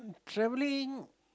travelling